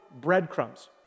breadcrumbs